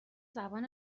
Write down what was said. زبان